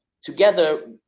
Together